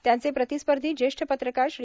त्यांचे प्रतिस्पर्धी ज्येष्ठ पत्रकार श्री